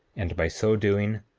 and by so doing,